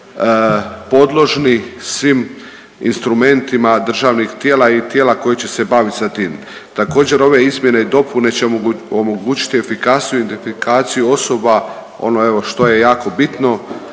podložni svim instrumentima državnih tijela i tijela koji će se baviti sa tim. Također ove izmjene i dopune će omogućiti efikasniju identifikaciju osoba. Ono evo što je jako bitno